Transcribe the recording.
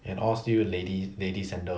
and all still lady ladies' sandals